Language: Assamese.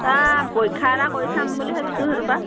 পৰীক্ষা এটা কৰি চাম বুলি ভাবিছোঁ সেইটোৰপৰা